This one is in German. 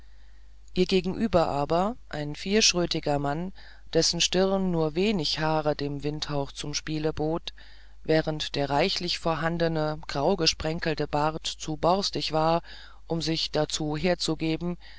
ihr gegenüber aber ein vierschrötiger mann dessen stirn nur wenig haare dem windhauch zum spiele bot während der reichlich vorhandene graugesprenkelte bart zu borstig war um sich dazu herzugeben